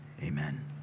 amen